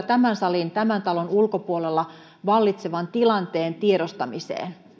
tämän salin tämän talon ulkopuolella vallitsevan tilanteen tiedostaminen